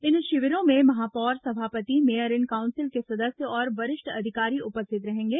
इन शिविरों में महापौर सभापति मेयर इन काउंसिल के सदस्य और वरिष्ठ अधिकारी उपस्थित रहेंगे